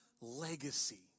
legacy